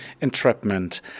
entrapment